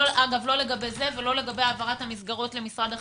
לא לגבי זה ולא לגבי העברת המסגרות למשרד החינוך,